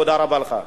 תודה רבה לך.